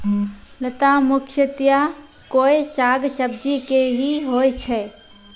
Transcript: लता मुख्यतया कोय साग सब्जी के हीं होय छै